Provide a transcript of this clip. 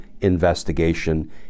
investigation